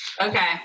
okay